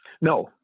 No